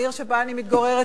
העיר שבה אני מתגוררת,